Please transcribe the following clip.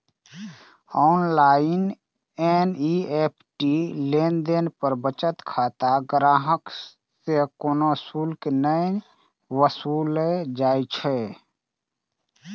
online NEFT लेनदेन पर बचत खाता ग्राहक सं कोनो शुल्क नै वसूलल जाइ छै